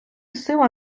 сила